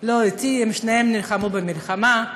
לא אתי, שניהם נלחמו במלחמה.